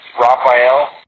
Raphael